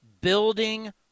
building